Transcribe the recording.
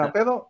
Pero